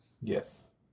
Yes